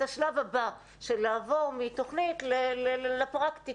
השלב הבא של לעבור מתוכנית לפרקטיקה.